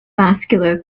vascular